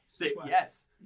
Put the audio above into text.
Yes